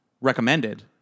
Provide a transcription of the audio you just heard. recommended